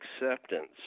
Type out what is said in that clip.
acceptance